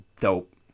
dope